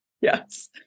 Yes